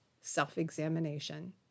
self-examination